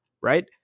right